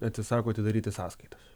atsisako atidaryti sąskaitas